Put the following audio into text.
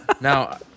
Now